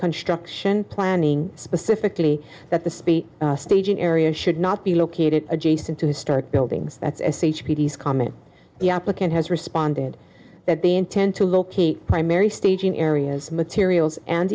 construction planning specifically that the speech staging area should not be located adjacent to historic buildings that's as h p t is common the applicant has responded that they intend to locate primary staging areas materials and